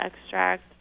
extract